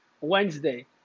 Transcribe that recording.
wednesday